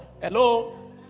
hello